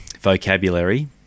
vocabulary